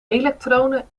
elektronen